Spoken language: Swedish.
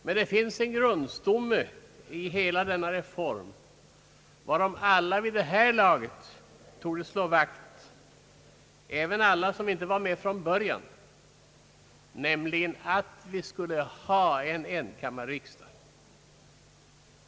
Men det finns en grundtanke i hela denna reform, om vilken alla vid det här laget torde slå vakt — även alla som inte var med från början — nämligen att vi skulle ha en enkammarriksdag.